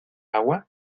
agua